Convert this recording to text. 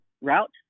route